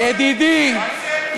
אורן הרצל חזן,